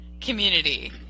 community